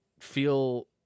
feel